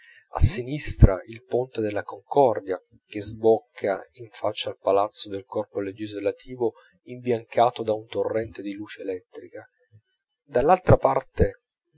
a sinistra il ponte della concordia che sbocca in faccia al palazzo del corpo legislativo imbiancato da un torrente di luce elettrica dall'altra parte